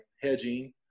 hedging